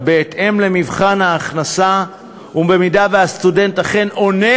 בהתאם למבחן ההכנסה ובמידה שהסטודנט אכן עונה